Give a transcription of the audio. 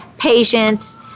patients